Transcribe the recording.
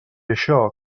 això